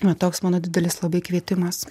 va toks mano didelis labai kvietimas